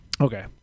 Okay